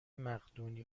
مقدونی